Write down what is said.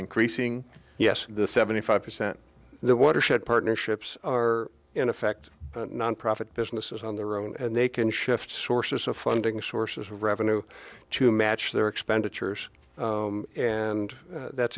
increasing yes the seventy five percent that watershed partnerships are in effect nonprofit businesses on their own and they can shift sources of funding sources of revenue to match their expenditures and that's